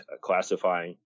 classifying